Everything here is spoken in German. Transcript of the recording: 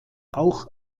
auch